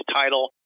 title